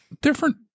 different